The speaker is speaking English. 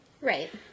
Right